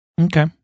Okay